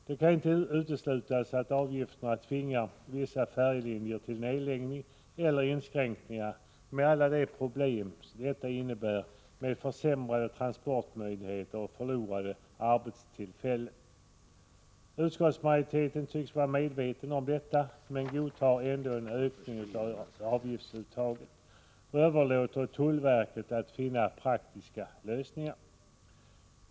Det kan inte uteslutas att avgifterna tvingar vissa färjelinjer till nedläggning eller inskränkningar, med alla de problem detta innebär i form av försämrade transportmöjligheter, förlorade arbetstillfällen etc. Utskottsmajoriteten tycks vara medveten om allt detta men godtar ändå en ökning av avgiftsuttaget och överlåter åt tullverket att finna praktiska lösningar.